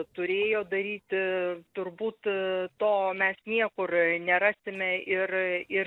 turėjo daryti turbūt to mes niekur nerasime ir ir